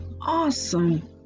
awesome